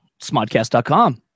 Smodcast.com